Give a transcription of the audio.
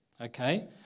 Okay